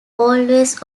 always